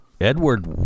Edward